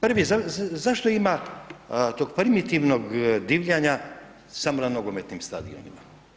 Prvi, zašto ima tog primitivnog divljanja samo na nogometnim stadionima?